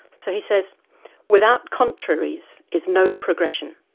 so he says without contraries is no progression.